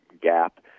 gap